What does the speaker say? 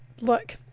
look